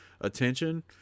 attention